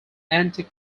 anti